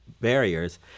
barriers